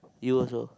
you also